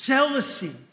Jealousy